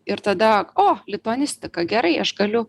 ir tada o lituanistika gerai aš galiu